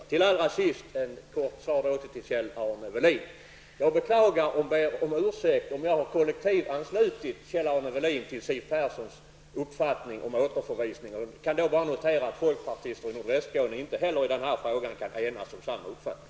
Jag vill till sist lämna ett kort svar till Kjell-Arne Welin. Jag beklagar och ber om ursäkt om jag har kollektivanslutit Kjell-Arne Welin till Siw Perssons uppfattning om återförvisning. Jag kan då bara notera att folkpartister i nordvästra Skåne i denna fråga inte heller kan enas om samma uppfattning.